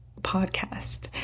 podcast